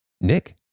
Nick